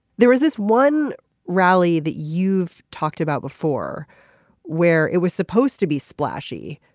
there was this one rally that you've talked about before where it was supposed to be splashy.